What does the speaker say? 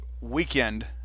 weekend